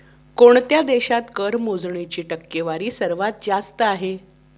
कोणत्या देशात कर मोजणीची टक्केवारी सर्वात जास्त आहे?